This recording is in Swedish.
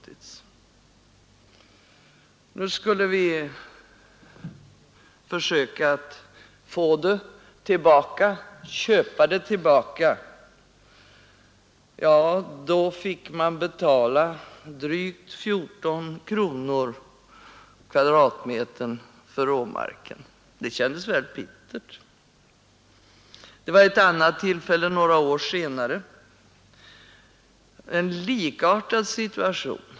Nu skulle vi försöka köpa tillbaka det. Ja, då fick vi betala drygt 14 kronor per kvadratmeter för råmarken. Det kändes väldigt bittert. Några år senare uppstod en likartad situation.